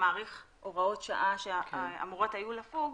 שמאריך הוראות שעה שאמורות היו לפוג,